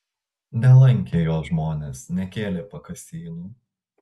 nelankė jo žmonės nekėlė pakasynų